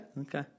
Okay